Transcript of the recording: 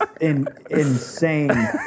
insane